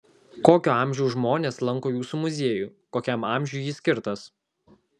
kokio amžiaus žmonės lanko jūsų muziejų kokiam amžiui jis skirtas